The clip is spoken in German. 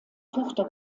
tochter